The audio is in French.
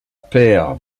père